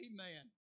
Amen